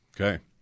Okay